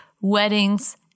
weddings